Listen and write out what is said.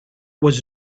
was